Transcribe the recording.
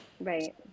Right